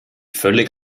völlig